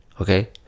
okay